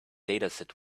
dataset